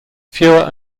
fewer